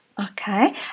okay